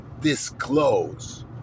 disclose